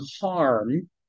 harm